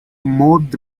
maud